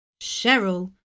Cheryl